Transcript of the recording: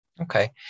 Okay